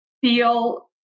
feel